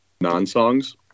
non-songs